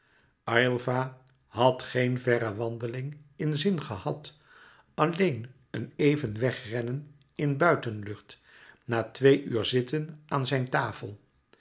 aylva had geen verre wandeling in zin gehad alleen een even wegrennen in buitenlucht na twee uur zitten aan zijn tafel